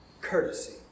courtesy